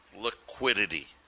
liquidity